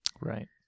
Right